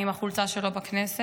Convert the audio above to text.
אני עם החולצה שלו בכנסת.